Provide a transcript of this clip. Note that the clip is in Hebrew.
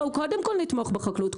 בואו קודם כל נתמוך בחקלאות,